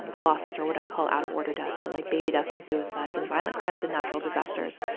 and losses or what i call out-of-order deaths. so like baby deaths and suicides and violent crimes and natural disasters,